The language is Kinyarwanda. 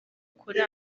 kuri